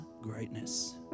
greatness